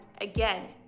again